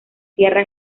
tierra